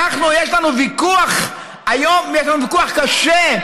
אנחנו, יש לנו ויכוח היום, ויכוח קשה.